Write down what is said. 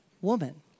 woman